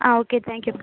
ah okay thank you ma'am